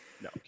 No